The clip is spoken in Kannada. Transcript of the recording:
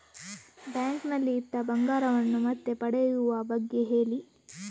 ಬ್ಯಾಂಕ್ ನಲ್ಲಿ ಇಟ್ಟ ಬಂಗಾರವನ್ನು ಮತ್ತೆ ಪಡೆಯುವ ಬಗ್ಗೆ ಹೇಳಿ